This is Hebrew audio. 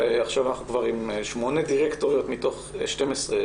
לשמונה דירקטוריות מתוך 12,